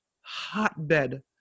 hotbed